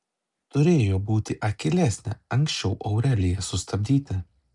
turėjo būti akylesnė anksčiau aureliją sustabdyti